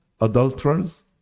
adulterers